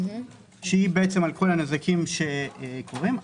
שהיא על כל הנזקים שקורים,